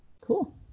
cool